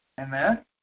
Amen